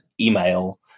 email